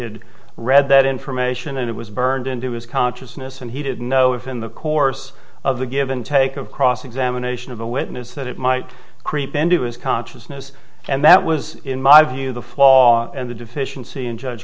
had read that information and it was burned into his consciousness and he didn't know if in the course of the give and take of cross examination of a witness that it might creep into his consciousness and that was in my view the flaw and the deficiency in judge